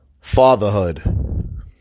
Fatherhood